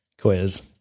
Quiz